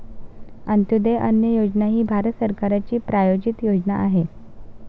अंत्योदय अन्न योजना ही भारत सरकारची प्रायोजित योजना आहे